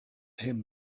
him